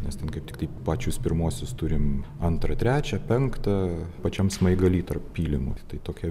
nes ten kaip tiktai pačius pirmuosius turim antrą trečią penktą pačiam smaigalį tarp pylimo tai tokia